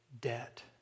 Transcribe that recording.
debt